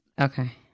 okay